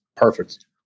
Perfect